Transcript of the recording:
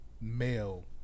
male